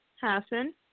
Hassan